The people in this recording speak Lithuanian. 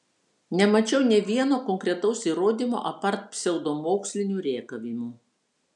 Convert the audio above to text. nemačiau nė vieno konkretaus įrodymo apart pseudomokslinių rėkavimų